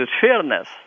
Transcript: fairness